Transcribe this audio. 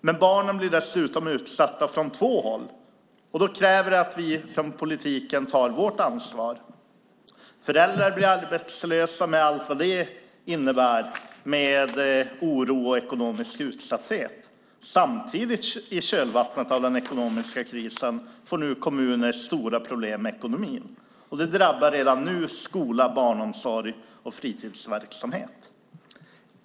Men barnen blir dessutom utsatta från två håll, och då kräver det att vi från politiken tar vårt ansvar. Föräldrar blir arbetslösa med allt vad det innebär av oro och ekonomisk utsatthet. Samtidigt, i kölvattnet av den ekonomiska krisen, får nu kommuner stora problem med ekonomin. Det drabbar redan nu skola, barnomsorg och fritidsverksamhet.